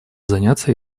заняться